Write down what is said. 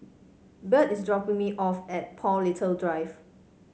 Byrd is dropping me off at Paul Little Drive